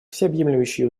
всеобъемлющие